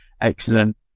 excellent